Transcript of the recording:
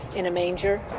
in a manger.